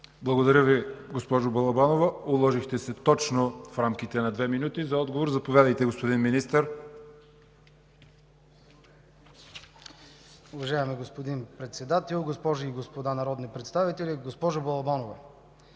Благодаря Ви, госпожо Балабанова. Уложихте се точно в рамките на две минути. За отговор, заповядайте, господин Министър. МИНИСТЪР НИКОЛАЙ НЕНЧЕВ: Уважаеми господин Председател, госпожи и господа народни представители! Госпожо Балабанова,